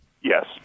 Yes